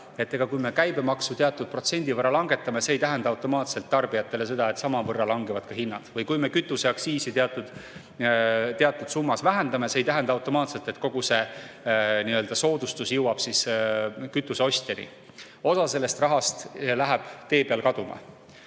et kui me käibemaksu teatud protsendi võrra langetame, ei tähenda see tarbijatele automaatselt seda, et samavõrra langevad ka hinnad. Või kui me kütuseaktsiisi teatud summas vähendame, ei tähenda see automaatselt seda, et kogu see soodustus jõuab kütuse ostjani. Osa sellest rahast läheb tee peal kaduma.